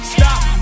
Stop